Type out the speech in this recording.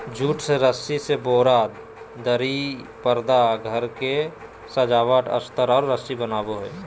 jute से रस्सी से बोरा, दरी, परदा घर के सजावट अस्तर और रस्सी बनो हइ